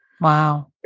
Wow